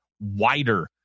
wider